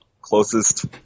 closest